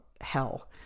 hell